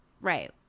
Right